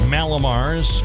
Malamars